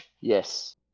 Yes